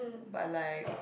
but like